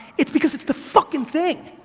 it's because it's the fucking thing!